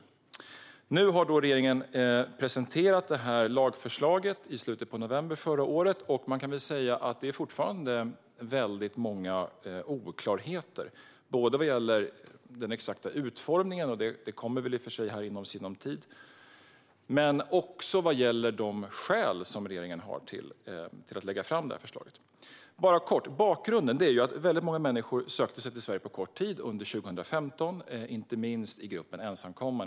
I slutet av november förra året presenterade regeringen detta lagförslag, och det är fortfarande många oklarheter, både vad gäller utformningen, vilket väl kommer att klarna i sinom tid, och de skäl regeringen har för att lägga fram detta förslag. Bakgrunden är att väldigt många människor sökte sig till Sverige på kort tid under 2015, inte minst i gruppen ensamkommande.